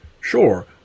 sure